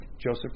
Joseph